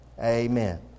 Amen